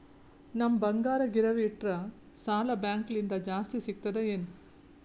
ನಮ್ ಬಂಗಾರ ಗಿರವಿ ಇಟ್ಟರ ಸಾಲ ಬ್ಯಾಂಕ ಲಿಂದ ಜಾಸ್ತಿ ಸಿಗ್ತದಾ ಏನ್?